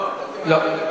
לא.